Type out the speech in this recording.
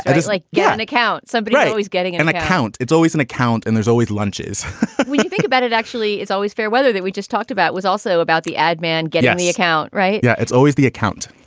and just like yeah an account. somebody's so but yeah always getting an account. it's always an account. and there's always lunches think about it. actually, it's always fair weather that we just talked about was also about the ad man get on the account. right. yeah, it's always the account.